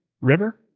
River